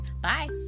bye